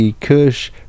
Kush